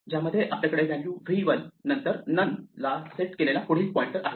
ज्यामध्ये आपल्याकडे value v1 व नंतर नन ला सेट केलेला पुढील पॉइंटर आहे